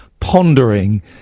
pondering